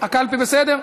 הקלפי בסדר?